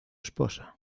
esposa